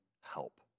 help